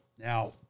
now